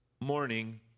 morning